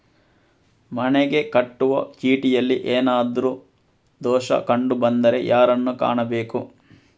ಮನೆಗೆ ಕಟ್ಟುವ ಚೀಟಿಯಲ್ಲಿ ಏನಾದ್ರು ದೋಷ ಕಂಡು ಬಂದರೆ ಯಾರನ್ನು ಕಾಣಬೇಕು?